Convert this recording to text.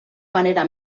manera